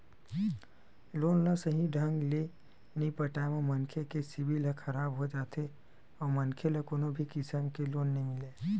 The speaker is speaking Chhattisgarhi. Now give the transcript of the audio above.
लोन ल सहीं ढंग ले नइ पटाए म मनखे के सिविल ह खराब हो जाथे अउ मनखे ल कोनो भी किसम के लोन नइ मिलय